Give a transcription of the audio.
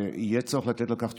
ויהיה צורך לתת על כך תשובות,